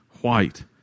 white